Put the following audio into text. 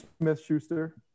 Smith-Schuster